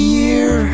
year